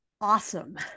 awesome